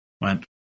went